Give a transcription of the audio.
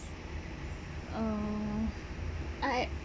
um I